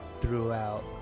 throughout